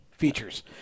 features